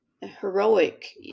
heroic